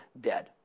dead